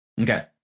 Okay